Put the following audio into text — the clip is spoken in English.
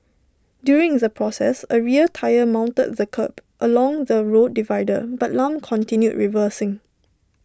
during the process A rear tyre mounted the kerb along the road divider but Lam continued reversing